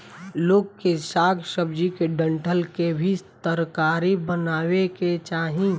लोग के साग सब्जी के डंठल के भी तरकारी बनावे के चाही